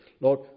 Lord